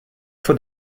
fois